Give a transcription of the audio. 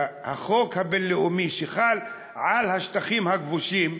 והחוק הבין-לאומי שחל על השטחים הכבושים,